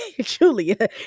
Julia